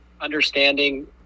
understanding